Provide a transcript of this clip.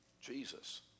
Jesus